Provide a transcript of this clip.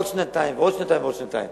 עוד שנתיים ועוד שנתיים ועוד שנתיים,